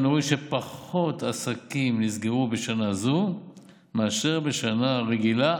אנו רואים שפחות עסקים נסגרו בשנה הזאת מאשר בשנה רגילה,